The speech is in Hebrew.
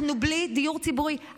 אנחנו בלי דיור ציבורי.